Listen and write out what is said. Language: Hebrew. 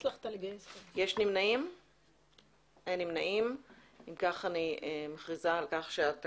הצבעה בעד 5 נגד 3 נמנעים אין אושר תודה